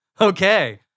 Okay